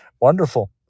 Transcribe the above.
Wonderful